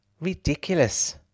Ridiculous